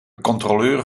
controleur